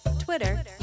Twitter